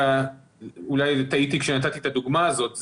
אולי טעיתי כשנתתי את הדוגמה הזאת.